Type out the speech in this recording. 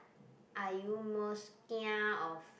are you most kia of